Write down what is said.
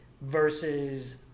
versus